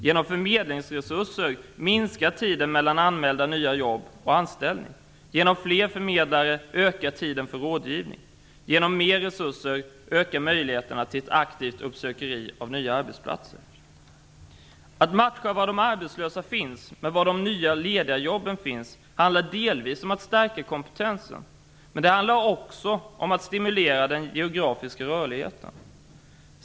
Genom förmedlingsresurser minskar tiden mellan anmälda nya jobb och anställning. Genom fler förmedlare ökar tiden för rådgivning. Genom mer resurser ökar möjligheterna till ett aktivt uppsökande av nya arbetsplatser. Att matcha var de arbetslösa finns med var de nya lediga jobben finns handlar delvis om att stärka kompetensen, men också om att stimulera den geografiska rörligheten.